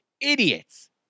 idiots